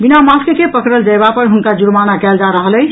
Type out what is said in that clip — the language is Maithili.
बिना मास्क के पकड़ल जायवा पर हुनका जुर्माना कयल जा रहल अछि